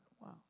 Wow